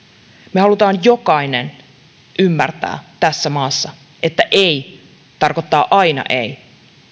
me haluamme jokainen ymmärtää tässä maassa että ei tarkoittaa aina ei